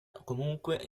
comunque